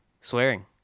swearing